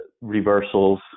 reversals